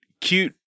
cute